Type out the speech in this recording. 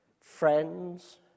friends